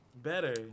Better